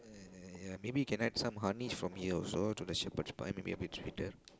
eh ya maybe can add some honey from here also to the Shepherd's pie maybe a bit sweeter